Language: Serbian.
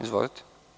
Izvolite.